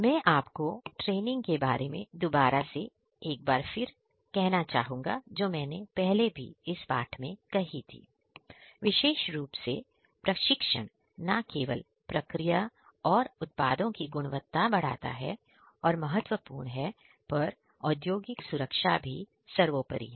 मैं आपको ट्रेनिंग के बारे में दोबारा से एक बार फिर कहना चाहूंगा जो मैंने पहले भी इस पाठ में कही थी विशेष रुप से प्रशिक्षण ना केवल प्रक्रिया और उत्पादों की गुणवत्ता बढ़ाता है और महत्वपूर्ण है पर औद्योगिक सुरक्षा भी सर्वोपरि है